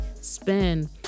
spend